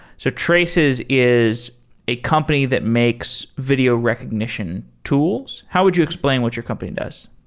so traces is a company that makes video recognition tools. how would you explain what your company does?